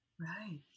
Right